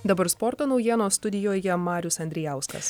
dabar sporto naujienos studijoje marius andrijauskas